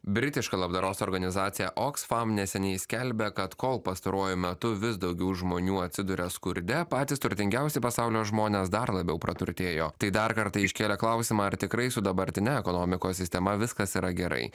britiška labdaros organizacija oxfam neseniai skelbė kad kol pastaruoju metu vis daugiau žmonių atsiduria skurde patys turtingiausi pasaulio žmonės dar labiau praturtėjo tai dar kartą iškėlė klausimą ar tikrai su dabartine ekonomikos sistema viskas yra gerai